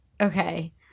okay